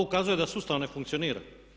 To ukazuje da sustav ne funkcionira.